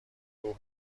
گروه